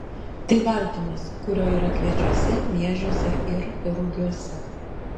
tai baltymas kurio yra kviečiuose miežiuose ir rugiuose